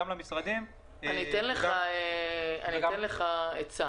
זה יעזור גם למשרדים וגם ל --- אני אתן לך עצה